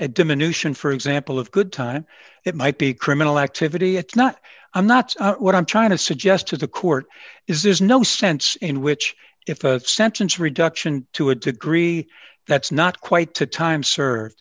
a diminution for example of good time it might be criminal activity it's not i'm not what i'm trying to suggest to the court is there's no sense in which if a sentence reduction to a degree that's not quite to time s